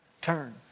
turn